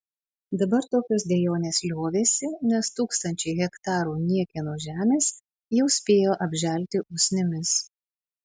dabar tokios dejonės liovėsi nes tūkstančiai hektarų niekieno žemės jau spėjo apželti usnimis